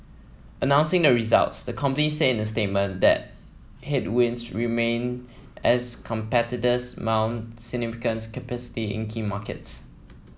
announcing the results the company said in a statement that headwinds remain as competitors mount significance capacity in key markets